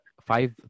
five